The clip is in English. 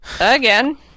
Again